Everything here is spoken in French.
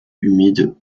humides